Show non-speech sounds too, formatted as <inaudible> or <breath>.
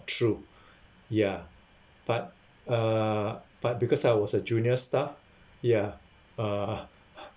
true <breath> ya but uh but because I was a junior staff ya uh <laughs>